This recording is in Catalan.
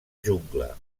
jungla